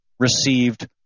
received